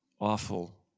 awful